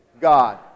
God